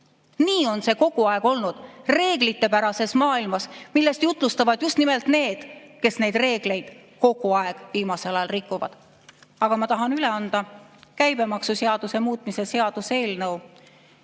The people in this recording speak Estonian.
Nii on see kogu aeg olnud reeglitepärases maailmas, millest jutlustavad just nimelt need, kes neid reegleid kogu aeg viimasel ajal on rikkunud. Ma tahan üle anda käibemaksuseaduse muutmise seaduse eelnõu,